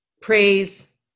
praise